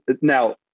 now